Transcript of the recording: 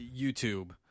YouTube